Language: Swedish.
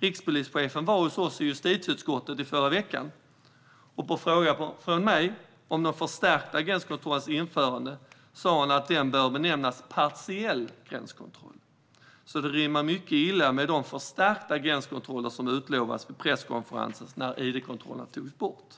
Rikspolischefen var hos oss i justitieutskottet i förra veckan, och på en fråga från mig om den förstärkta gränskontrollens införande sa han att den bör benämnas partiell gränskontroll. Detta rimmar mycket illa med de förstärkta gränskontroller som utlovades vid presskonferensen när id-kontrollerna togs bort.